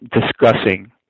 discussing